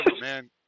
man